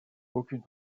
aucune